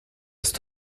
ist